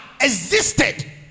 existed